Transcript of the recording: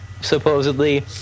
supposedly